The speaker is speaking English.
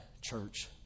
Church